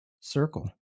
circle